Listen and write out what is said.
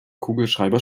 kugelschreiber